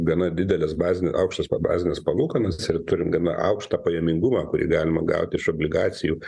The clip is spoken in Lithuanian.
gana didelis bazinių aukštas bazines palūkanas ir turim gana aukštą pajamingumą kurį galima gauti iš obligacijų